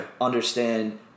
Understand